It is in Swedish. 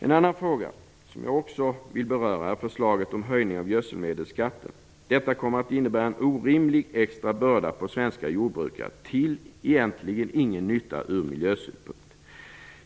En annan fråga som jag vill beröra är förslaget om höjning av gödselmedelsskatten. Denna höjning kommer att innebära en orimlig extra börda på svenska jordbrukare, egentligen till ingen nytta ur miljösynpunkt.